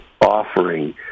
offering